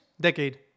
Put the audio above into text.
Decade